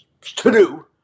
to-do